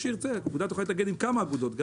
אגודה יכולה להתאגד עם כמה אגודות,